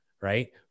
right